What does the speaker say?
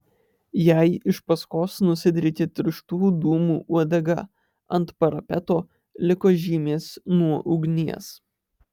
jai iš paskos nusidriekė tirštų dūmų uodega ant parapeto liko žymės nuo ugnies